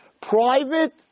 private